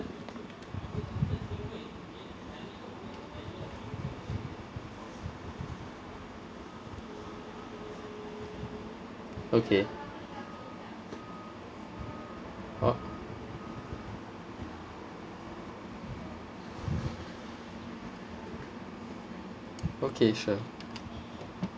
okay oh okay sure